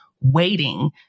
waiting